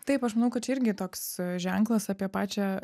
taip aš manau kad čia irgi toks ženklas apie pačią